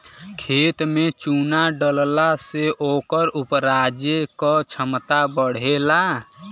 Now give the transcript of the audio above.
खेत में चुना डलला से ओकर उपराजे क क्षमता बढ़ेला